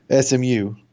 SMU